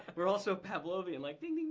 we're all so pavlovian, like, ding, ding,